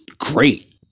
great